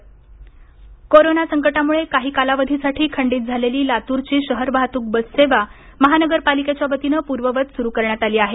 बससेवा कोरोना संकटामुळे काही कालावधीसाठी खंडित झालेली लातूरची शहर वाहतूक बससेवा महानगरपालिकेच्या वतीनं पूर्ववत सुरू करण्यात आली आहे